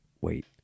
wait